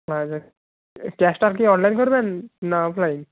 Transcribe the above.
ক্যাশটার কি অনলাইন করবেন না অফলাইন